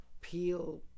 peel